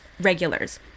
regulars